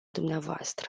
dvs